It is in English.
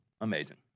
Amazing